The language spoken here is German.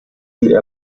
die